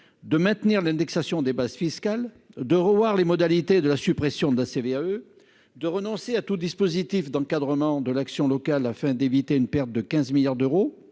de maintenir l'indexation des bases fiscales, de revoir les modalités de la suppression de la CVAE, de renoncer à tout dispositif d'encadrement de l'action locale de sorte à éviter une perte de 15 milliards d'euros,